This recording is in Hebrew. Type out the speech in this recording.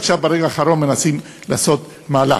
עכשיו, ברגע האחרון, מנסים לעשות מהלך.